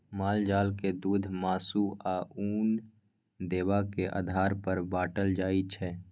माल जाल के दुध, मासु, आ उन देबाक आधार पर बाँटल जाइ छै